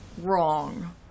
wrong